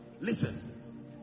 Listen